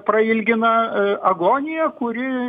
prailgina agoniją kuri